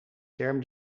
term